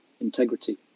integrity